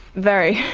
very.